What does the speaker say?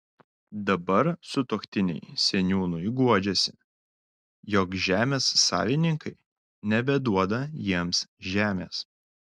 dabar sutuoktiniai seniūnui guodžiasi jog žemės savininkai nebeduoda jiems žemės